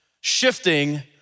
shifting